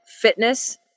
fitness